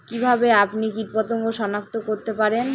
কিভাবে আপনি কীটপতঙ্গ সনাক্ত করতে পারেন?